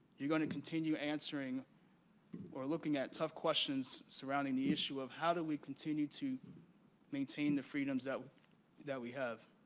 you're going to continue answering or looking at tough questions surrounding the issue of how do we continue to maintain the freedoms that that we have.